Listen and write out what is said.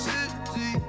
City